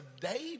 David